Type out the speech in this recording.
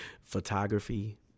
photography